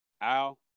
Al